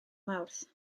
mawrth